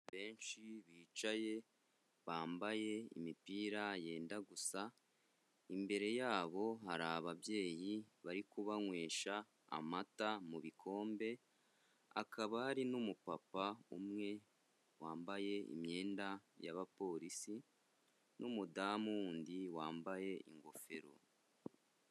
Benshi bicaye bambaye imipira yenda gusa, imbere yabo hari ababyeyi bari kubanywesha amata mu bikombe, hakaba hari n'umupapa umwe wambaye imyenda y'abapolisi n'umudamu wundi wambaye ingofero.